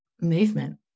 movement